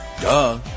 Duh